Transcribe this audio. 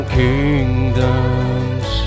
kingdoms